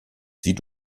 sie